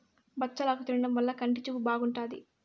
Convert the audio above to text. బచ్చలాకు తినడం వల్ల కంటి చూపు బాగుంటాది